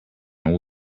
all